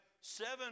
seven